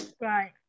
right